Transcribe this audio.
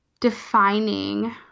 defining